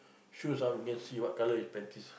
shoes ah remain see what colour his panties